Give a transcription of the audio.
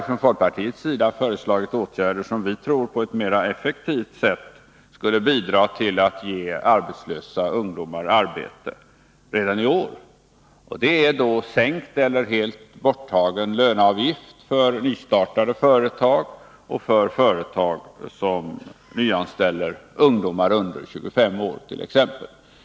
Från folkpartiets sida har vi föreslagit åtgärder som vi tror på ett mera effektivt sett skulle bidra till att ge arbetslösa ungdomar arbete redan i år. Det är sänkt eller helt borttagen löneavgift för nystartade företag och för företag som nyanställer ungdomar under 25 år, t.ex.